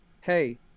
hey